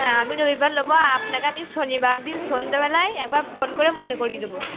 হ্যাঁ আমি রবিবার নেব আপনাকে আমি শনিবার দিন সন্ধ্যেবেলায় একবার ফোন করে মনে করিয়ে দেবো